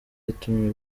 yatumye